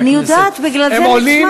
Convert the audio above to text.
אני יודעת, בגלל זה נצמדתי.